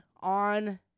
on